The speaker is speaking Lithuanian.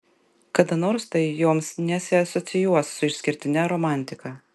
kada nors tai joms nesiasocijuos su išskirtine romantika